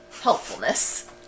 helpfulness